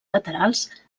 laterals